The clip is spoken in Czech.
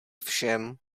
všem